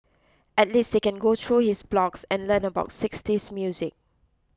at least they can go through his blogs and learn about sixties music